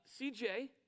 CJ